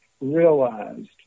realized